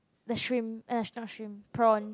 the shrimp eh not shrimp prawn